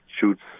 shoots